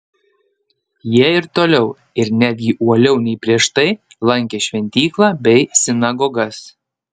jie ir toliau ir netgi uoliau nei prieš tai lankė šventyklą bei sinagogas